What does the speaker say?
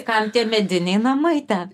kam tie mediniai namai ten